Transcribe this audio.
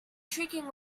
shrieking